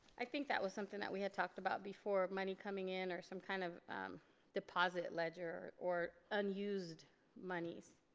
i think that was something that we had talked about before, money coming in or some kind of deposit ledger or unused monies.